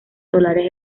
solares